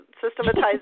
systematizing